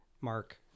Mark